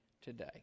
today